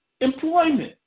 employment